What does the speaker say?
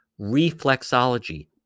reflexology